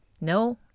No